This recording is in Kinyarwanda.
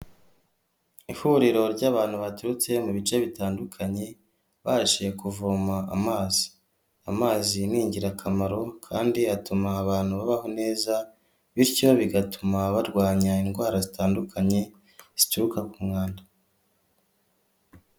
Ihuriro ry'abantu baturutse mu bice bitandukanye babashije kuvoma amazi. Amazi ni ingirakamaro kandi atuma abantu babaho neza, bityo bigatuma barwanya indwara zitandukanye zituruka ku mwanda.